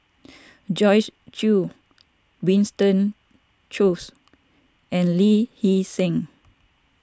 Joyce Jue Winston Choos and Lee Hee Seng